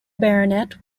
baronet